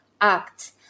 act